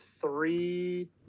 three